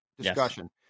discussion